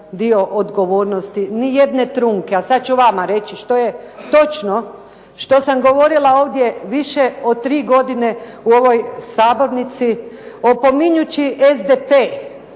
dio odgovornosti, ni jedne trunke, a sad ću vama reći što je točno, što sam govorila ovdje više od 3 godine u ovoj sabornici, opominjući SDP